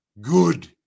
good